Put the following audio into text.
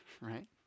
right